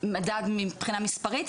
מדד מבחינה מספרית?